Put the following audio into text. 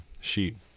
sheet